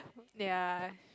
ya